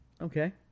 Okay